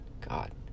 God